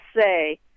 say